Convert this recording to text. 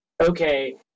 okay